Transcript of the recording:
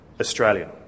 Australian